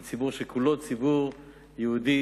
זה ציבור שכולו ציבור יהודי,